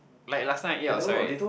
like last time I eat outside right